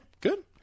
Good